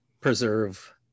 preserve